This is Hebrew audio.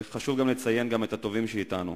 וחשוב לציין גם את הטובים שאתנו.